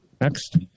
Next